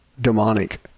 demonic